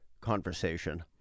conversation